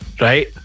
right